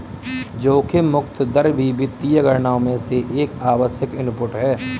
जोखिम मुक्त दर भी वित्तीय गणनाओं में एक आवश्यक इनपुट है